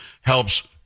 helps